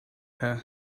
her